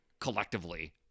collectively